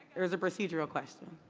there's a procedural question.